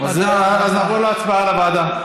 אז נעבור להצבעה על הוועדה.